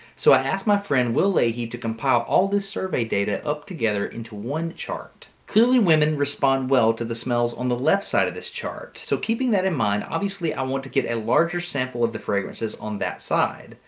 so i asked my friend will leahy to compile all this survey data up together into one chart. clearly women respond well to the smells on the left side of this chart, so keeping that in mind, obviously i want to get a larger sample of the fragrances on that side.